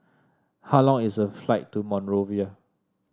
how long is the flight to Monrovia